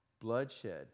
Bloodshed